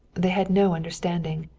they had no understanding.